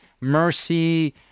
Mercy